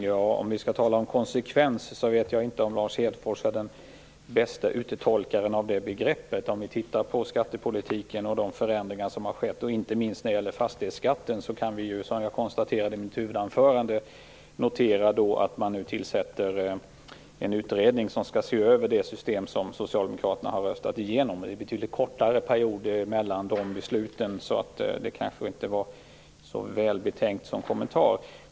Herr talman! Jag vet inte om Lars Hedfors är den bäste uttolkaren av begreppet konsekvens, sett till skattepolitiken och de förändringar som skett. Inte minst när det gäller fastighetsskatten kan vi, som jag konstaterade i mitt huvudanförande, notera att man nu tillsätter en utredning som skall se över det system som Socialdemokraterna har röstat igenom. Med betydligt kortare perioder mellan besluten var det kanske inte en särskilt välbetänkt kommentar.